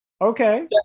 Okay